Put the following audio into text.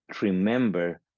remember